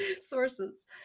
sources